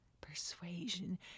Persuasion